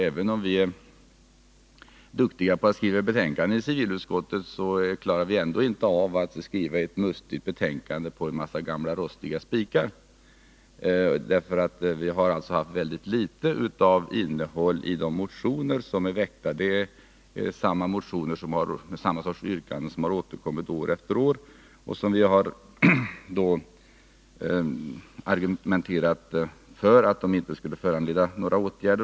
Även om vi är duktiga på att skriva betänkanden i civilutskottet klarar vi inte av att åstadkomma ett mustigt betänkande på en massa gamla rostiga spikar. Det har varit ytterst litet av konkret innehåll i de väckta motionerna. Det är samma sorts yrkanden som återkommit år efter år och som vi tidigare har argumenterat för inte skulle föranleda några åtgärder.